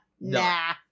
Nah